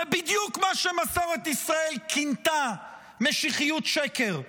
זה בדיוק מה שמסורת ישראל כינתה משיחיות שקר.